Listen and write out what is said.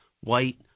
white